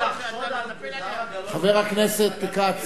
לחשוד בזהבה גלאון כגזענית,